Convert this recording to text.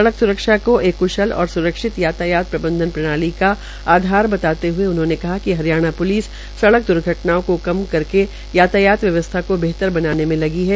सड़क स्रक्षा को एक क्शल और स्रक्षित यातायात प्रबंधन प्रणाली का आधार बताते हए उन्होंने कहा कि हरियाणा प्लिस सड़क द्र्घटनाओं का कम करने के यातायात व्यवस्था को बेहतर बनाने में लगी है